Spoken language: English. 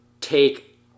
take